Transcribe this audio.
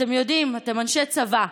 אתם יודעים, אתם אנשי צבא,